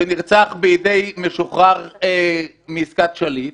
שנירצח בידי משוחרר בעסקת שליט,